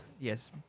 Yes